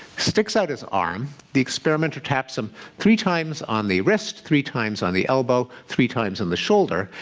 sticks out his arm. the experimenter taps him three times on the wrist, three times on the elbow, three times on the shoulder.